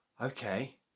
okay